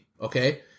okay